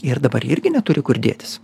ir dabar ji irgi neturi kur dėtis